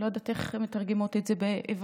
אני לא יודעת איך מתרגמים את זה בעברית,